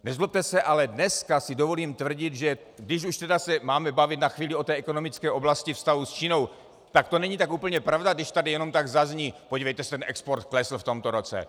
Nezlobte se, ale dneska si dovolím tvrdit, že když už se máme bavit na chvíli o ekonomické oblasti vztahu v Čínou, tak to není tak úplně pravda, když tady jenom tak zazní, podívejte se, export klesl v tomto roce.